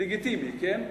זה לגיטימי, כן?